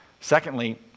Secondly